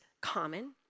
common